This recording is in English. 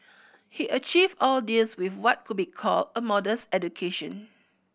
he achieved all this with what could be called a modest education